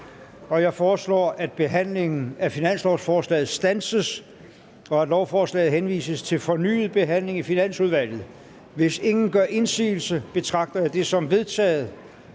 Jeg foreslår, at behandlingen af finanslovforslaget standses, og at lovforslaget henvises til fornyet behandling i Finansudvalget. Hvis ingen gør indsigelse mod dette forslag, betragter jeg det som vedtaget.